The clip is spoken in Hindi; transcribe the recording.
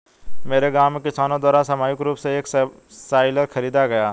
मेरे गांव में किसानो द्वारा सामूहिक रूप से एक सबसॉइलर खरीदा गया